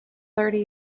thirty